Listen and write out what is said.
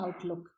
outlook